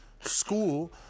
School